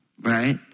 right